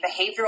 behavioral